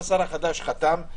השר החדש חתם.